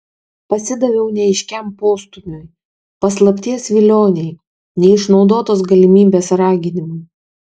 pasidaviau neaiškiam postūmiui paslapties vilionei neišnaudotos galimybės raginimui